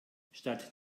statt